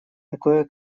такое